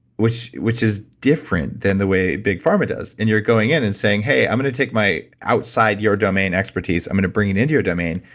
which which is different than the way big pharma does, and you're going in and saying, hey, i'm gonna take my outside your domain expertise, i'm gonna bring it into your domain,